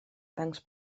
tancs